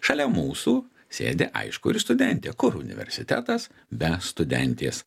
šalia mūsų sėdi aišku ir studentė kur universitetas be studentės